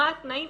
מה התנאים.